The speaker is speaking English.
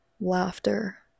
laughter